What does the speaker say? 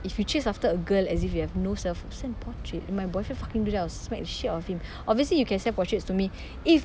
if you chase after a girl as if you have no self send portrait if my boyfriend fucking do that I'll smack the shit out of him obviously you can send portraits to me if